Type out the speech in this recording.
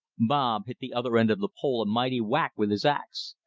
bob hit the other end of the pole a mighty whack with his ax.